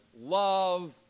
love